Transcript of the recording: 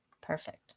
Perfect